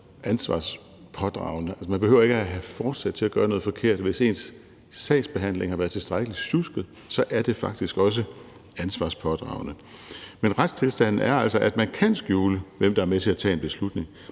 ansvarspådragende. Altså, man behøver ikke at have forsæt til at gøre noget forkert; hvis ens sagsbehandling har været tilstrækkelig sjusket, er det faktisk også ansvarspådragende. Men retstilstanden er altså, at man kan skjule, hvem der er med til at tage en beslutning,